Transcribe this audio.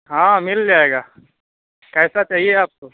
ہاں مل جائے گا کیسا چاہیے آپ کو